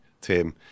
Tim